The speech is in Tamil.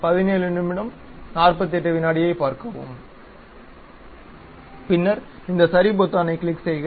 பின்னர் இந்த சரி பொத்தானைக் கிளிக் செய்க